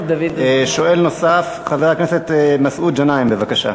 שואל נוסף, חבר הכנסת מסעוד גנאים, בבקשה.